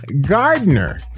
Gardner